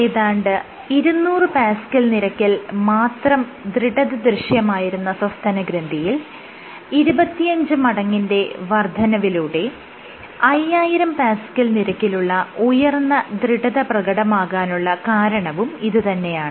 ഏകദേശം 200Pa നിരക്കിൽ മാത്രം ദൃഢത ദൃശ്യമായിരുന്ന സസ്തനഗ്രന്ഥിയിൽ 25 മടങ്ങിന്റെ വർദ്ധനവിലൂടെ 5000Pa നിരക്കിലുള്ള ഉയർന്ന ദൃഢത പ്രകടമാകാനുള്ള കാരണവും ഇത് തന്നെയാണ്